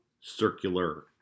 Circular